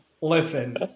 Listen